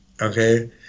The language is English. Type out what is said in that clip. Okay